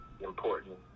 important